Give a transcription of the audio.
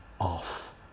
off